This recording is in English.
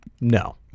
No